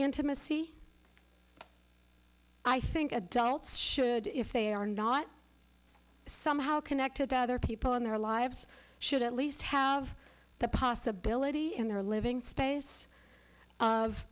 intimacy i think adults should if they are not somehow connected to other people in their lives should at least have the possibility in their living space of